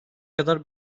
kadar